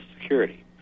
Security